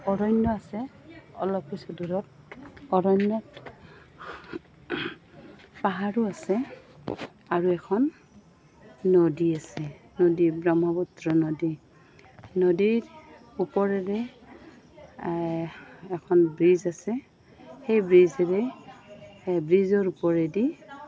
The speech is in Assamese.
অৰণ্য আছে অলপ অৰণ্যত পাহাৰো আছে আৰু এখন নদী আছে নদী ব্ৰহ্মপুত্ৰ নদী নদীৰ ওপৰেৰে এখন ব্ৰিজ আছে সেই ব্ৰিজেৰে ব্ৰিজৰ ওপৰেদি